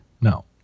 No